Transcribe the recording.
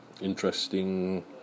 interesting